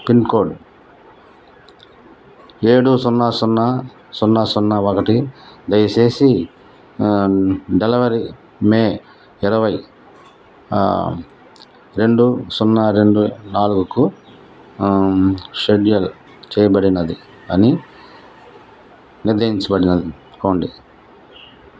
pin code ఏడు సున్నా సున్నా సున్నా సున్నా ఒకటి దయచేసి డెలవరీ మే ఇరవై రెండు సున్నా రెండు నాలుగుకు షెడ్యూల్ చెయ్యబడినది అని నిర్దించబడినది కోండి